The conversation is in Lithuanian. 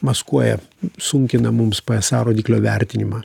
maskuoja sunkina mums psa rodiklio vertinimą